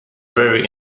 very